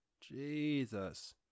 Jesus